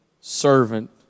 servant